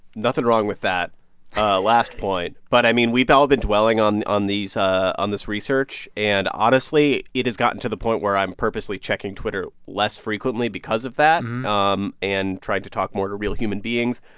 nothing wrong with that last point. but, i mean, we've all been dwelling on on these on this research. and honestly, it has gotten to the point where i'm purposely checking twitter less frequently because of that and um and trying to talk more to real human beings.